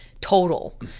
total